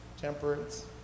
temperance